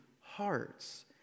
hearts